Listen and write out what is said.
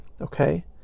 okay